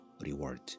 reward